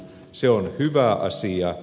se on hyvä asia